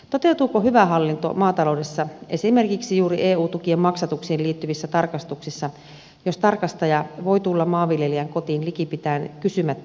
toteutuuko hyvä hallinto maataloudessa esimerkiksi juuri eu tukien maksatuksiin liittyvissä tarkastuksissa jos tarkastaja voi tulla maanviljelijän kotiin likipitäen kysymättä